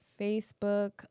facebook